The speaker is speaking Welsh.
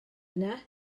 yna